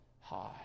high